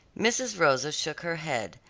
mrs. rosa shook her head.